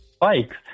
bikes